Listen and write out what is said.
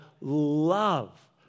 love